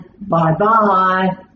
bye-bye